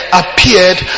appeared